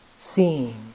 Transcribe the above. seeing